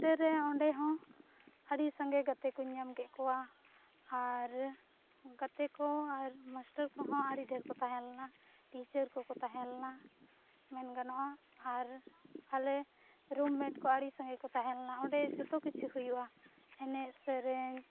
hostel ᱨᱮ ᱚᱸᱰᱮᱦᱚᱸ ᱤᱧ ᱟᱹᱰᱤ ᱥᱟᱸᱜᱮ ᱜᱟᱛᱮᱠᱚᱧ ᱧᱟᱢᱠᱮᱫ ᱠᱚᱣᱟ ᱟᱨ ᱜᱟᱛᱮᱠᱚ ᱟᱨ ᱢᱟᱥᱴᱟᱨᱠᱚᱦᱚᱸ ᱟᱹᱰᱤ ᱰᱷᱮᱨᱠᱚ ᱛᱟᱦᱮᱸᱞᱮᱱᱟ ᱴᱤᱪᱟᱨᱠᱚᱠᱚ ᱛᱟᱦᱮᱸᱞᱮᱱᱟ ᱢᱮᱱ ᱜᱟᱱᱚᱜᱼᱟ ᱟᱨ ᱟᱞᱮ ᱨᱩᱢᱼᱢᱮᱴᱠᱚ ᱟᱹᱰᱤ ᱥᱟᱸᱜᱮᱠᱚ ᱛᱟᱦᱮᱸᱞᱮᱱᱟ ᱚᱸᱰᱮ ᱡᱚᱛᱚ ᱠᱤᱪᱷᱩ ᱦᱩᱭᱩᱜᱼᱟ ᱮᱱᱮᱡᱼᱥᱮᱨᱮᱧ